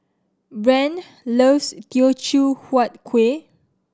Brande loves Teochew Huat Kueh